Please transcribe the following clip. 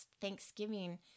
Thanksgiving